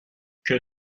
que